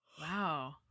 Wow